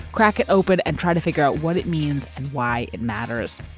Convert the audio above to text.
crack it open and try to figure out what it means and why it matters